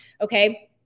okay